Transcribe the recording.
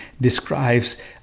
describes